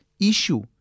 issue